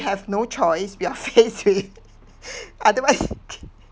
have no choice we are faced with otherwise